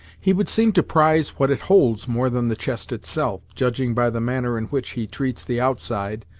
he would seem to prize what it holds more than the chest, itself, judging by the manner in which he treats the outside,